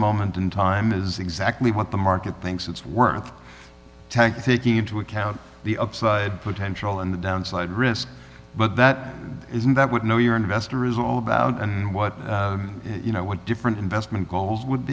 moment in time is exactly what the market thinks it's worth taking into account the upside potential in the downside risk but that isn't that would know your investor is all about what you know what different investment goals would